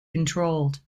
controlled